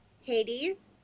Hades